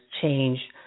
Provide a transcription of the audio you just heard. change